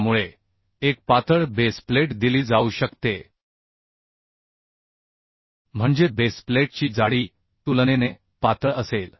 त्यामुळे एक पातळ बेस प्लेट दिली जाऊ शकते म्हणजे बेस प्लेटची जाडी तुलनेने पातळ असेल